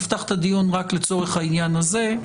נפתח את הדיון רק לצורך העניין הזה.